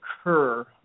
occur